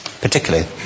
particularly